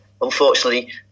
unfortunately